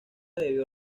debió